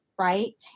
right